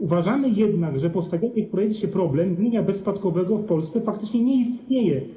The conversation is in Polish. Uważamy jednak, że postawiony w projekcie problem mienia bezspadkowego w Polsce faktycznie nie istnieje.